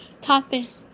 topics